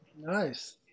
Nice